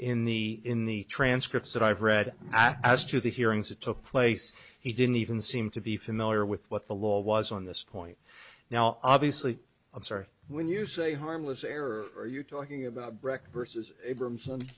in the in the transcripts that i've read as to the hearings that took place he didn't even seem to be familiar with what the law was on this point now obviously i'm sorry when you say harmless error you're talking about record versus